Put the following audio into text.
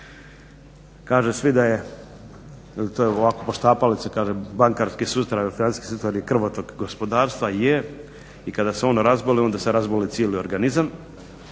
Kažu svi da je ili to je ovako poštapalica. Kaže bankarski sustav i financijski sustav je krvotok gospodarstva. Je i kada se on razboli, onda se razboli cijeli organizam.